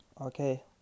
Okay